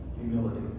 Humility